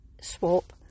swap